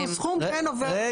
איזה שהוא סכום כן עובר